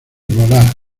volar